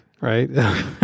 right